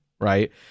right